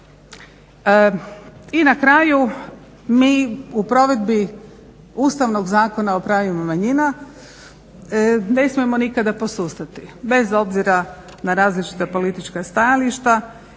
I na kraju mi u provedbi Ustavnog zakona o pravima manjina ne smijemo nikada posustati, bez obzira na različita politička stajališta,